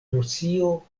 rusio